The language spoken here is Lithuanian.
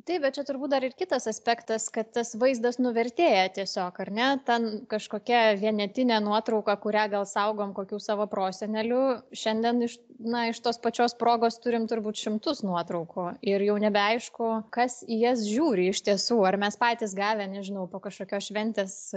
taip bet čia turbūt dar ir kitas aspektas kad tas vaizdas nuvertėja tiesiog ar ne ten kažkokia vienetinė nuotrauka kurią gal saugom kokių savo prosenelių šiandien iš na iš tos pačios progos turim turbūt šimtus nuotraukų ir jau nebeaišku kas į jas žiūri iš tiesų ar mes patys gavę nežinau po kažkokios šventės